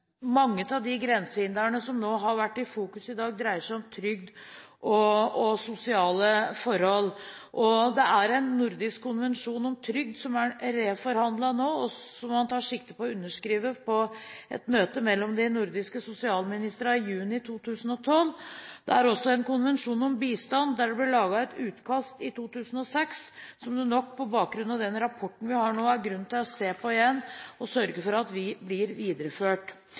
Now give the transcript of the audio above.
mange av de grensehindrene som har vært i fokus i dag, dreier seg om trygd og sosiale forhold. Det er en nordisk konvensjon om trygd som er reforhandlet nå, og som man tar sikte på å underskrive i et møte mellom de nordiske sosialministrene i juni 2012. Det er også en konvensjon om bistand, der det ble laget et utkast i 2006, som det nok, på bakgrunn av den rapporten vi har nå, er grunn til å se på igjen og sørge for at blir videreført.